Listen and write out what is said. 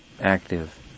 active